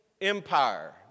empire